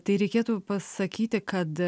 tai reikėtų pasakyti kad